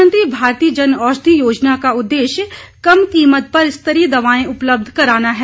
प्रधानमंत्री भारतीय जन औषधि योजना का उद्देश्य कम कीमत पर स्तरीय दवाएं उपलब्ध कराना है